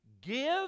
Give